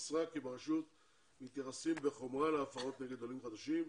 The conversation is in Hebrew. מסרה כי ברשות מתייחסים בחומרה להפרות נגד עולים חדשים,